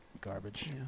garbage